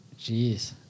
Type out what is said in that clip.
Jeez